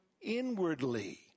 inwardly